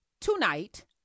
tonight